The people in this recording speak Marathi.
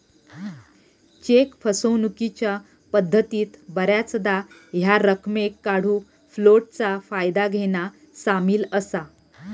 चेक फसवणूकीच्या पद्धतीत बऱ्याचदा ह्या रकमेक काढूक फ्लोटचा फायदा घेना सामील असा